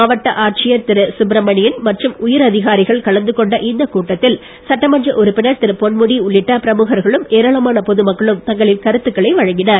மாவட்ட ஆட்சியர் திரு சுப்பிரமணியன் மற்றும் உயரதிகாரிகள் கலந்து கொண்ட இக்கூட்டத்தில் சட்டமன்ற உறுப்பினர் திரு பொன்முடி உள்ளிட்ட பிரமுகர்களும் ஏராளமான பொது மக்களும் தங்களின் கருத்துக்களை வழங்கினர்